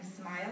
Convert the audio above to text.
smile